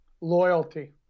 Loyalty